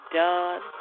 done